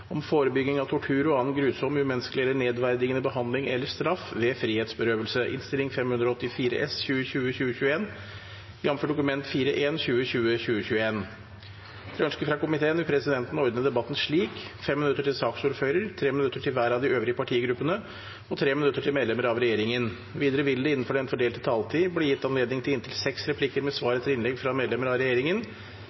om ordet til sak nr. 5. Etter ønske fra kontroll- og konstitusjonskomiteen vil sakene nr. 6 og 7 behandles under ett. Etter ønske fra kontroll- og konstitusjonskomiteen vil presidenten ordne debatten slik: 5 minutter til saksordfører, 3 minutter til hver av de øvrige partigruppene og 3 minutter til medlemmer av regjeringen. Videre vil det – innenfor den fordelte taletid – bli gitt anledning til inntil seks replikker med svar